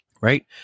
Right